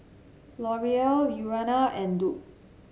L'Oreal Urana and Doux